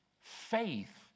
faith